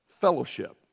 fellowship